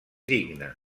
digne